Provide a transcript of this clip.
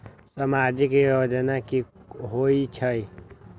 समाजिक योजना की होई छई?